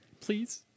Please